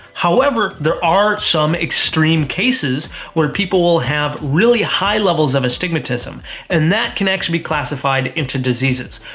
however, there are some extreme cases where people will have really high levels of astigmatism and that can actually be classified into diseases.